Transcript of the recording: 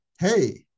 Hey